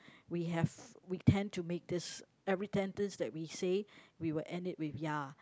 we have we tend to make this every ten things that we say we will end it with ya